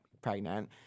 pregnant